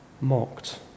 mocked